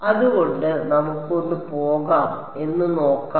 അതുകൊണ്ട് നമുക്ക് ഒന്ന് പോകാം എന്ന് നോക്കാം